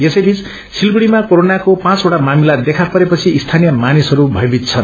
यसैबीच सिलगढ़ीमा कोरोनाको पाँचवटा मामिला देखा परेपछि स्थानीय मानिसहरू भयमीत छन्